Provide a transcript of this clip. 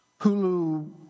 Hulu